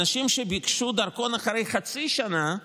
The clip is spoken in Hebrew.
אנשים שביקשו דרכון אחרי חצי שנה,